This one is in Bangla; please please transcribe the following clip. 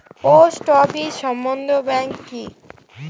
পোস্ট অফিস সঞ্চয় ব্যাংক কি?